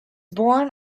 born